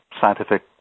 scientific